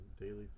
Daily